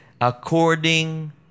according